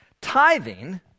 Tithing